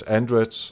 Android